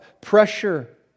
Pressure